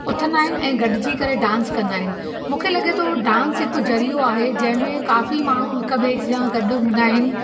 उथंदा आहिनि ऐं गॾिजी करे डांस कंदा आहिनि मूंखे लॻे थो डांस हिकु ज़रिओ आहे जंहिं में काफ़ी माण्हू हिकु ॿिए सां गॾु हूंदा आहिनि